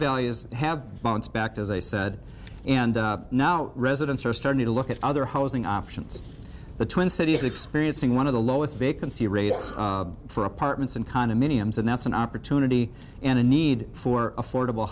values have bounced back as i said and now residents are starting to look at other housing options the twin cities experiencing one of the lowest vacancy rates for apartments and condominiums and that's an opportunity and a need for affordable